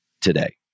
today